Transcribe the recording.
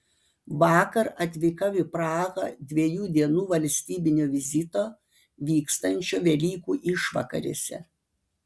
vakar atvykau į prahą dviejų dienų valstybinio vizito vykstančio velykų išvakarėse